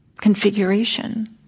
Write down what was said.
configuration